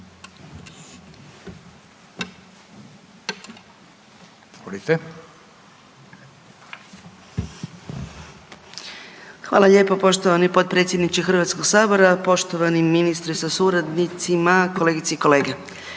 Hvala lijepo poštovani potpredsjedniče Hrvatskog sabora. Poštovane kolegice i kolege,